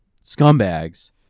scumbags